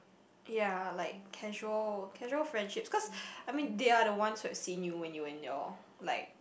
ya like casual casual friendships cause I mean they are the ones whom had seen you in you in your like